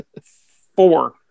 four